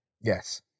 Yes